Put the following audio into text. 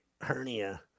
hernia